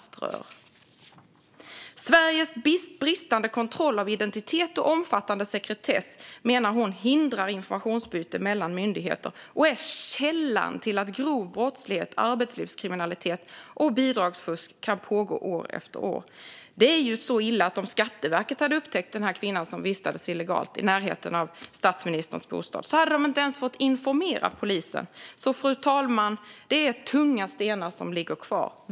Hon menar vidare att Sveriges bristande kontroll av identitet och omfattande sekretess hindrar informationsutbyte mellan myndigheter och är källan till att grov brottslighet, arbetslivskriminalitet och bidragsfusk kan pågå år efter år. Det är så illa att om Skatteverket hade upptäckt den kvinna som vistades illegalt i närheten av statsministerns bostad hade de inte ens fått informera polisen. Fru talman! Det är tunga stenar som ligger kvar.